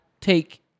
take